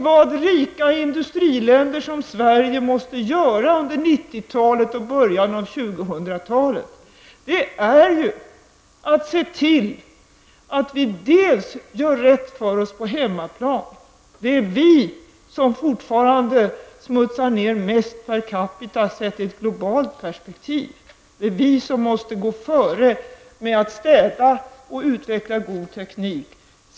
Vad rika industriländer som Sverige måste göra under 90-talet och början av 2000-talet är att se till att vi gör rätt för oss på hemmaplan. Det är vi som fortfarande smutsar ner mest per capita sett i ett globalt perspektiv. Det är vi som måste gå före med att städa och utveckla god teknik.